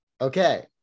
Okay